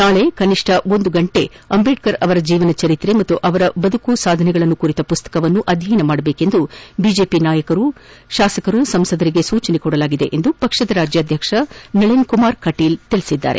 ನಾಳೆ ಕನಿಷ್ಟ ಒಂದು ಗಂಟೆ ಅಂಬೇಡ್ನರ್ ಅವರ ಜೀವನ ಚರಿತ್ರೆ ಮತ್ತು ಅವರ ಬದುಕು ಸಾಧನೆಗಳನ್ನು ಕುರಿತ ಮಸ್ತಕವನ್ನು ಅಧ್ಯಯನ ಮಾಡಬೇಕು ಎಂದು ಬಿಜೆಪಿ ನಾಯಕರು ಶಾಸಕರು ಸಂಸದರಿಗೆ ಸೂಚಿಸಲಾಗಿದೆ ಎಂದು ಪಕ್ಷದ ರಾಜ್ಕಾಧ್ಯಕ್ಷ ನಳಿನ್ಕುಮಾರ್ ಕಟೀಲ್ ತಿಳಿಸಿದ್ದಾರೆ